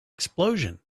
explosion